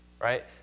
right